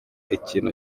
ikintu